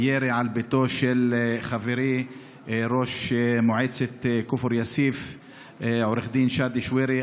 ירי על ביתו של חברי ראש מועצת כפר יאסיף עו"ד שאדי שווירי.